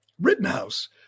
Rittenhouse